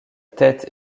tête